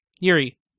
Yuri